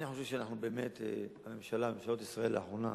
אני חושב שאנחנו, ממשלת ישראל האחרונה,